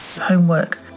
homework